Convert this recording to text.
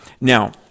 Now